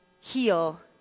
heal